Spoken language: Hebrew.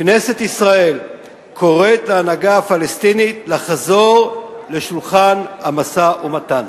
כנסת ישראל קוראת להנהגה הפלסטינית לחזור לשולחן המשא-ומתן.